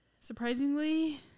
Surprisingly